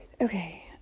Okay